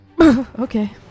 Okay